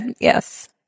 yes